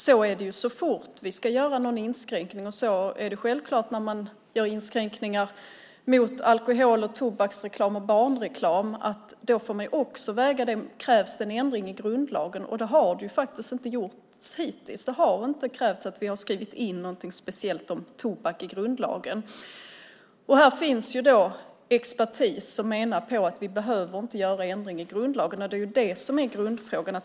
Så är det så fort vi ska göra någon inskränkning, och så är det självklart när man gör inskränkningar när det gäller alkohol och tobaksreklam och reklam som riktas till barn. Då får man också väga in om det krävs en ändring i grundlagen. Det har det faktiskt inte gjort hittills. Det har inte krävts att vi har skrivit in någonting speciellt om tobak i grundlagen. Här finns expertis som menar att vi inte behöver göra ändringar i grundlagen, och det är det som är grundfrågan.